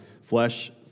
flesh